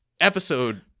episode